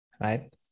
right